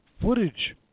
footage